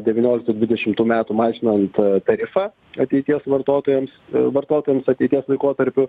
devynioliktų dvidešimtų metų mažinant tarifą ateities vartotojams vartotojams ateities laikotarpiu